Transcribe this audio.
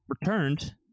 returned